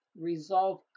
resolve